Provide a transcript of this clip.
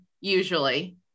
usually